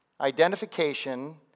identification